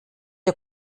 der